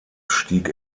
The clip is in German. stieg